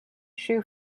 shoe